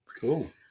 Cool